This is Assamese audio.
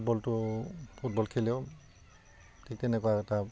ফুটবলটো ফুটবল খেলেও ঠিক তেনেকুৱা এটা